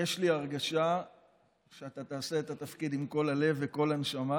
יש לי הרגשה שאתה תעשה את התפקיד עם כל הלב וכל הנשמה,